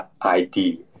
.id